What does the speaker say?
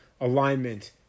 alignment